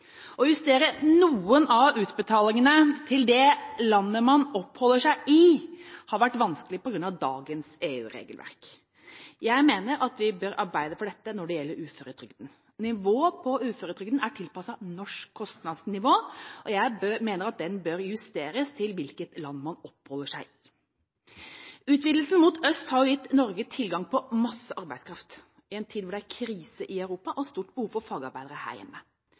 å hindre trygdeeksport på. Det å justere noen av utbetalingene i henhold til hvilket land man oppholder seg i, har vært vanskelig på grunn av dagens EU-regelverk. Jeg mener at vi bør arbeide for dette når det gjelder uføretrygden. Nivået på uføretrygden er tilpasset norsk kostnadsnivå, og jeg mener at den bør justeres i henhold til hvilket land man oppholder seg i. Utvidelsen mot øst har gitt Norge tilgang på masse arbeidskraft i en tid hvor det er krise i Europa og stort behov for